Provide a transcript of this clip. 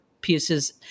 pieces